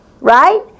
right